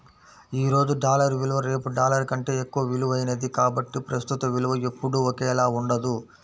ఈ రోజు డాలర్ విలువ రేపు డాలర్ కంటే ఎక్కువ విలువైనది కాబట్టి ప్రస్తుత విలువ ఎప్పుడూ ఒకేలా ఉండదు